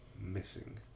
missing